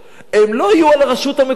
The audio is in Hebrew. לא יהיו על הרשות המקומית.